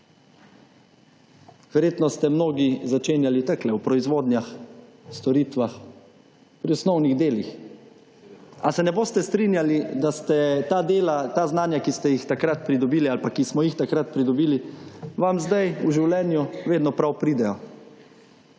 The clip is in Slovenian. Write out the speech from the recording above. Verjetno ste mnogi začenjali takole, v proizvodnjah, storitvah, pri osnovnih delih. Ali se ne boste strinjali, da ste ta dela, ta znanja, ki ste jih takrat pridobili ali pa, ki smo jih takrat pridobili, vam zdaj v življenju vedno prav pridejo?